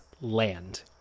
land